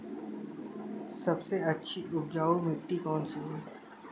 सबसे अच्छी उपजाऊ मिट्टी कौन सी है?